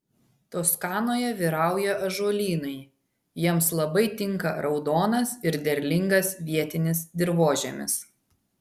toskanoje vyrauja ąžuolynai jiems labai tinka raudonas ir derlingas vietinis dirvožemis